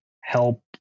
help